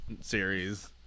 series